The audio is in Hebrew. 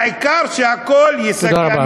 העיקר שהכול, תודה רבה.